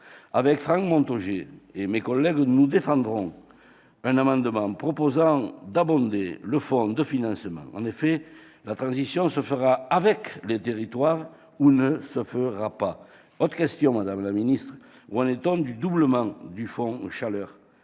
Avec Franck Montaugé et mes collègues, je défendrai un amendement visant à abonder le fonds de financement : la transition se fera avec les territoires ou ne se fera pas. Autre question, madame la ministre : où en est-on du doublement du Fonds chaleur ?